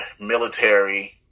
military